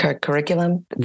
Curriculum